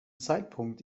zeitpunkt